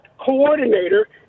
coordinator